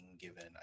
given